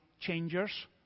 changers